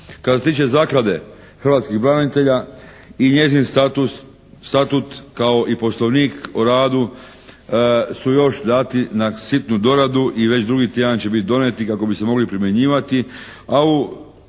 Kad se tiče zaklade hrvatskih branitelja i njezin statut kao i poslovnik o radu su još dati na sitnu doradu i već drugi tjedan će biti donijeti kako bi se mogli primjenjivati, a u